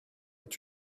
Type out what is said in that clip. est